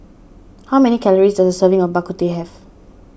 how many calories does a serving of Bak Kut Teh have